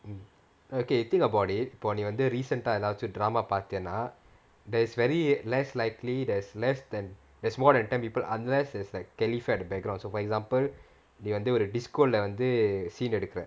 mm okay think about it for இப்போ நீ வந்து:ippo nee vanthu recent ஏதாச்சும்:ethachum drama பாத்தேன்னா:paathaennaa there is very less likely there's less there's more than ten people unless there's like calefare at the background so for example நீ வந்து ஒரு:nee vanthu oru disco lah வந்து:vanthu scene எடுக்குற:edukura